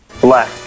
Black